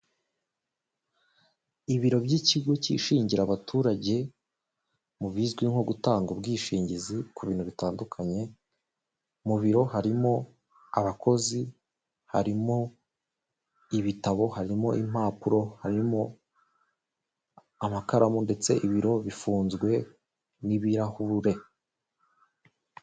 Ibiro by'ikigo cyishingira abaturage mu bizwi nko gutanga ubwishingizi ku bintu bitandukanye mu biro harimo abakozi, harimo ibitabo, harimo impapuro, harimo amakaramu ndetse ibiro bifunzwe n'ibirahure.